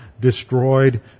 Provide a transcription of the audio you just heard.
destroyed